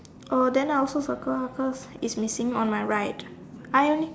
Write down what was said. uh then I also circle ah cause it's missing on my right I